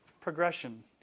progression